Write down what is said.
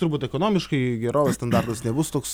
turbūt ekonomiškai gerovės standartas nebus toks